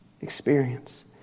experience